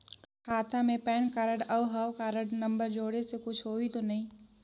खाता मे PAN card और हव कारड नंबर जोड़े से कुछ होही तो नइ?